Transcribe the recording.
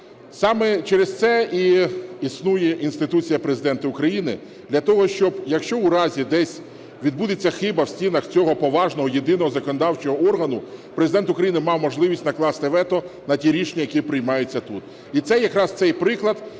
саме через це і існує інституція Президента України для того, щоб, якщо у разі десь відбудеться хиба в стінах цього поважного єдиного законодавчого органу, Президент України мав можливість накласти вето на ті рішення, які приймаються тут. І це якраз цей приклад,